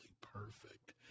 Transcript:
perfect